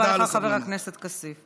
תודה רבה לך, חבר הכנסת כסיף.